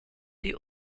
die